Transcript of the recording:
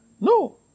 No